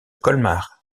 colmar